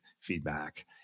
feedback